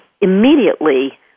immediately